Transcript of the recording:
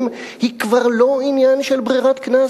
היא כבר לא עניין של ברירת קנס,